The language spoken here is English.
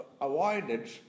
avoided